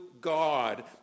God